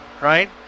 right